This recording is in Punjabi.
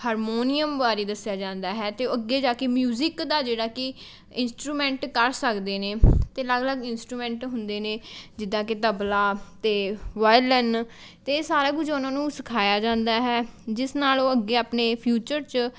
ਹਰਮੋਨੀਅਮ ਬਾਰੇ ਦੱਸਿਆ ਜਾਂਦਾ ਹੈ ਅਤੇ ਅੱਗੇ ਜਾ ਕੇ ਮਿਊਜ਼ਿਕ ਦਾ ਜਿਹੜਾ ਕਿ ਇੰਸਟਰੂਮੈਂਟ ਕਰ ਸਕਦੇ ਨੇ ਅਤੇ ਅਲੱਗ ਅਲੱਗ ਇੰਸਟਰੂਮੈਂਟ ਹੁੰਦੇ ਨੇ ਜਿੱਦਾਂ ਕਿ ਤਬਲਾ ਅਤੇ ਵਾਇਲਨ ਅਤੇ ਸਾਰਾ ਕੁਝ ਉਨ੍ਹਾਂ ਨੂੰ ਸਿਖਾਇਆ ਜਾਂਦਾ ਹੈ ਜਿਸ ਨਾਲ਼ ਉਹ ਅੱਗੇ ਆਪਣੇ ਫਿਊਚਰ 'ਚ